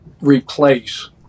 replace